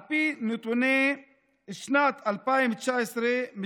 על פי נתוני שנת 2019,